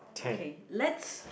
okay let's